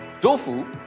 tofu